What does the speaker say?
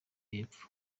y’epfo